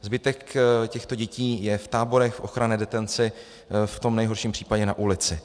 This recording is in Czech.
Zbytek těchto dětí je v táborech ochranné detence, v tom nejhorším případě na ulici.